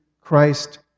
Christ